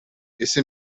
ese